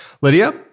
Lydia